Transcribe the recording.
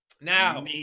Now